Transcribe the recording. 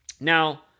Now